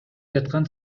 жаткан